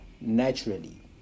naturally